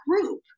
group